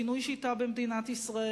שינוי שיטה במדינת ישראל.